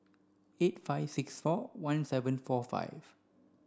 eight five six four one seven four five